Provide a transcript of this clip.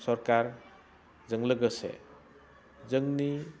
सरकारजों लोगोसे जोंनि